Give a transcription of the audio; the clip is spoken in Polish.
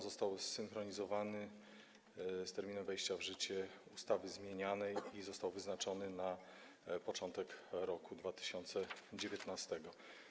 Został on zsynchronizowany z terminem wejścia w życie ustawy zmienianej i został wyznaczony na początek roku 2019.